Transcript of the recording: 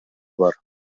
бар